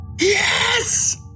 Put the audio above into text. Yes